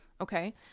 okay